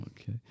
okay